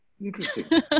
Interesting